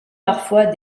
parfois